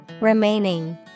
Remaining